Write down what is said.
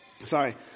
sorry